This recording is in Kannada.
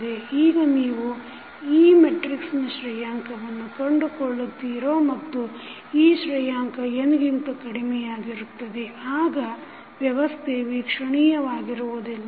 ಈಗ ನೀವು ಈ ಮೆಟ್ರಿಕ್ಸಿನ ಶ್ರೇಯಾಂಕವನ್ನು ಕಂಡುಕೊಳ್ಳುತ್ತೀರೋ ಮತ್ತು ಈ ಶ್ರೇಯಾಂಕ n ಗಿಂತ ಕಡಿಮೆಯಾಗಿರುತ್ತದೆ ಆಗ ವ್ಯವಸ್ಥೆ ವೀಕ್ಷಣೀಯವಾಗಿರುವುದಿಲ್ಲ